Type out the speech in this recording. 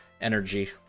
energy